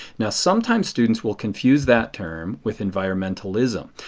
now sometimes students will confuse that term with environmentalism.